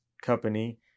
company